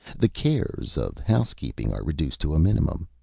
the cares of house-keeping are reduced to a minimum.